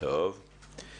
תודה רבה אלדד.